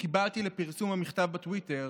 שקיבלתי לפרסום המכתב בטוויטר